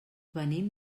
venim